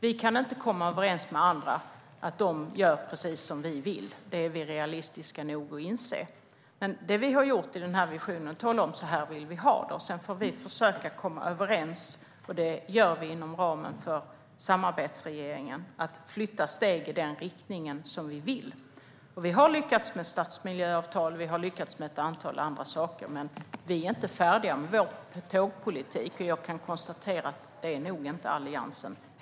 Vi kan inte komma överens med andra om att de ska göra precis som vi vill. Det är vi realistiska nog att inse. Men vi har i vår vision talat om hur vi vill ha det. Sedan får vi försöka komma överens - och det gör vi inom ramen för samarbetsregeringen - att flytta steg för steg i den riktning vi vill. Vi har lyckats med stadsmiljöavtal och ett antal andra saker. Men vi är inte färdiga med vår tågpolitik, och jag kan konstatera att det är nog inte heller Alliansen.